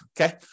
okay